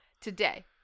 Today